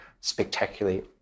spectacularly